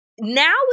Now